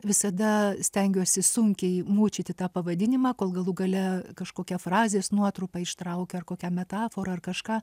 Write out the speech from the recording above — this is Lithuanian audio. visada stengiuosi sunkiai mūčyti tą pavadinimą kol galų gale kažkokia frazės nuotrupa ištraukia ar kokia metafora ar kažką